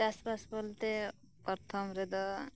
ᱪᱟᱥ ᱵᱟᱥ ᱵᱚᱞᱛᱮ ᱯᱨᱚᱛᱷᱚᱢ ᱨᱮᱫᱚ